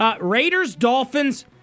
Raiders-Dolphins